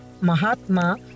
Mahatma